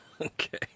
okay